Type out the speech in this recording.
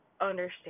understand